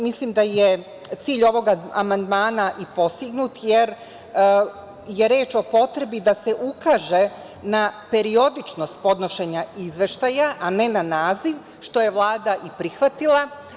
Mislim da je cilj ovog amandmana postignut, jer je reč o potrebi da se ukaže na periodičnost podnošenja izveštaja, a ne na naziv, što je Vlada i prihvatila.